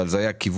אבל זה היה כיוון,